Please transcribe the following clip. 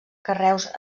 carreus